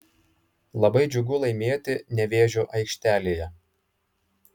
labai džiugu laimėti nevėžio aikštelėje